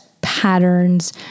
patterns